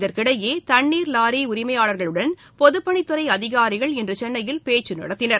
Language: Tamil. இதற்கிடையே தண்ணீர் வாரி உரிமையாளர்களுடன் பொதுப் பணித்துறை அதிகாரிகள் இன்று சென்னையில் பேச்சு நடத்தினர்